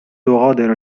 تغادر